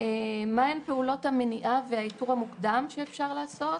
- מהן פעולות המניעה והאיתור המוקדם שאפשר לעשות,